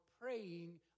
praying